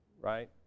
right